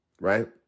right